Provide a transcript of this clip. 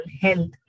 health